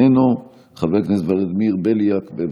בוסו, בבקשה.